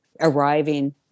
arriving